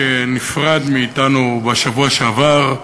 שנפרד מאתנו בשבוע שעבר.